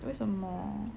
为什么